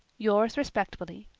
yours respectfully,